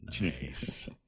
Nice